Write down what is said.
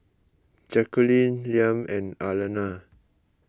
Jacqulyn Liam and Arlena